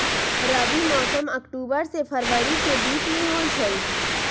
रबी मौसम अक्टूबर से फ़रवरी के बीच में होई छई